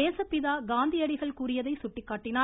தேசப்பிதா காந்தியடிகள் கூறியதை சுட்டிக்காட்டினார்